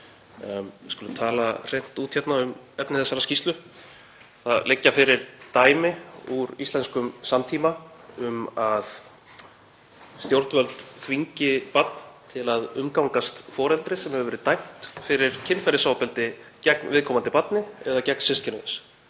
Við skulum tala hreint út um efni þessarar skýrslu. Það liggja fyrir dæmi úr íslenskum samtíma um að stjórnvöld þvingi barn til að umgangast foreldri sem hefur verið dæmt fyrir kynferðisofbeldi gegn viðkomandi barni eða gegn systkini